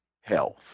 health